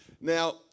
Now